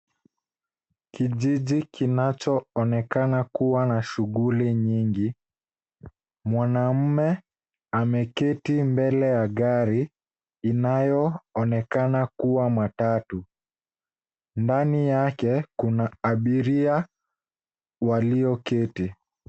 Kijiji kinachoonekana kuwa na shughuli nyingi. Mwanamme ameketi mbele ya gari inayoonekana kuwa matatu. Ndani yake kuna abiria walioketi.